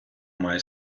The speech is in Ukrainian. має